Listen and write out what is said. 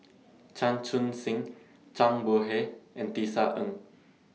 Chan Chun Sing Zhang Bohe and Tisa Ng